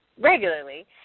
regularly